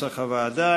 כנוסח הוועדה.